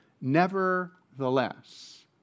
Nevertheless